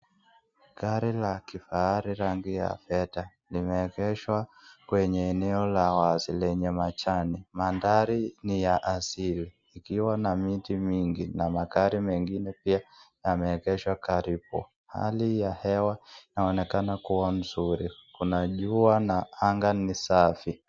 Gari la kifaahari rangi ya pete. Imeengeshwa kwenye eneo la wazi lenye majani , mahadhari ni ya asili likiwa na miti mingi na magari mengine pia yameengeshwa karibu . Hali ya hewa inaonekana kuwa mzuri kuna jua na anga ni safi.